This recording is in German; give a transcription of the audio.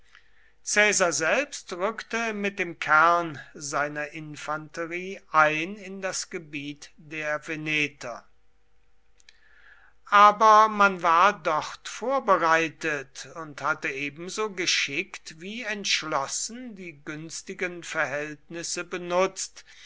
caesar selbst rückte mit dem kern seiner infanterie ein in das gebiet der veneter aber man war dort vorbereitet und hatte ebenso geschickt wie entschlossen die günstigen verhältnisse benutzt